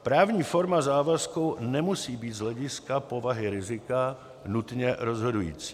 Právní forma závazku nemusí být z hlediska povahy rizika nutně rozhodující.